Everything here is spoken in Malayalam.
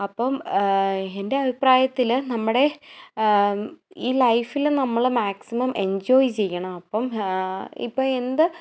അപ്പം എൻ്റെ അഭിപ്രായത്തിൽ നമ്മുടെ ഈ ലൈഫിൽ നമ്മൾ മാക്സിമം എൻജോയ് ചെയ്യണം അപ്പം ഇപ്പം എന്ത്